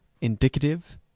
Indicative